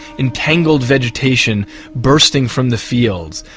entangled vegetation bursting from the fields,